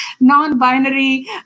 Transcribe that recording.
non-binary